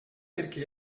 perquè